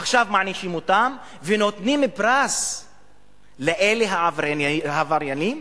עכשיו מענישים אותם ונותנים פרס לאלה העבריינים,